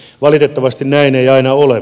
valitettavasti näin ei aina ole